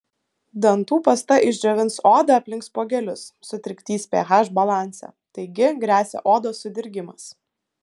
dantų pasta išdžiovins odą aplink spuogelius sutrikdys ph balansą taigi gresia odos sudirgimas